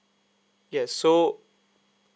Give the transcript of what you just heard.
yes so